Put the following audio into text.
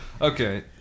Okay